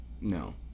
No